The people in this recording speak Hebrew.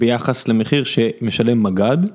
ביחס למחיר שמשלם מג"ד.